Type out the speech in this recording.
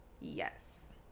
yes